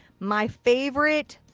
my favorite,